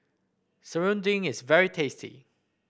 serunding is very tasty